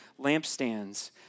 lampstands